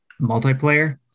multiplayer